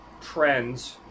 trends